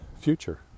future